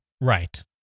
Right